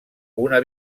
una